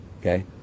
okay